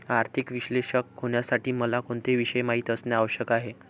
आर्थिक विश्लेषक होण्यासाठी मला कोणते विषय माहित असणे आवश्यक आहे?